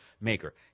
maker